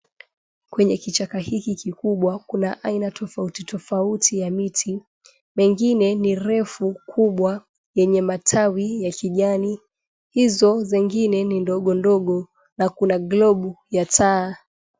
Kwenye kichaka hiki kikubwa kuna aina tofauti tofauti ya miti mengine ni refu kubwa yenye matawi ya kijani hizo zingine ni ndogo ndogo na kuna globu ya taa.